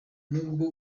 nubwo